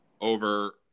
over